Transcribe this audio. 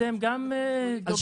אתם גם דוגלים בזה?